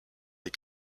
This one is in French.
les